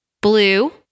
blue